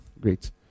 Great